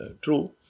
true